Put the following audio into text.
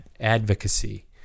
advocacy